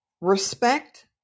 Respect